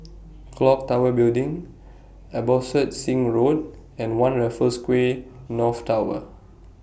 Clock Tower Building Abbotsingh Road and one Raffles Quay North Tower